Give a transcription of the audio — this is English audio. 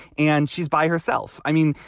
and she's by herself. i mean,